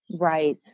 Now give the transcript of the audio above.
Right